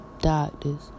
doctors